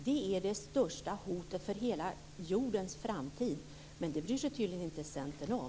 Detta är det största hotet mot hela jordens framtid, men det bryr sig tydligen inte Centern om.